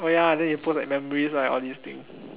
oh ya then you post like memories right all these things